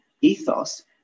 Ethos